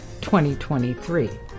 2023